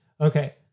okay